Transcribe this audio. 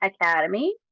Academy